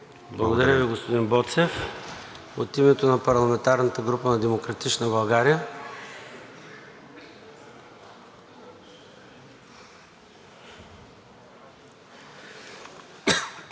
Благодаря Ви, господин Петков. От името на парламентарната група на „Демократична България“?